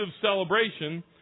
celebration